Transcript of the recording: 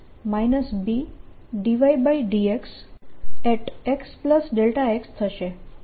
તેથી p2p B∂y∂xxx થશે